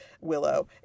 willow